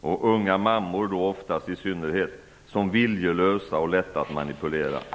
unga mammor i synnerhet, som viljelösa och lätta att manipulera!